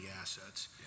assets